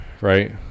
right